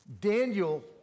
Daniel